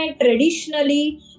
traditionally